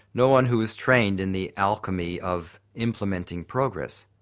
no one who is trained in the alchemy of implementing progress.